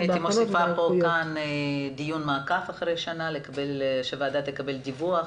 הייתי מוסיפה דיון מעקב אחרי שנה כדי שהוועדה תקבל דיווח,